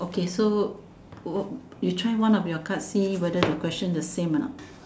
okay so what you try one of your card see whether the question same a not